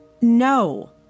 No